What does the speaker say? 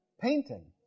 painting